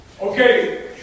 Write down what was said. Okay